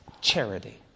charity